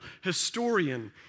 historian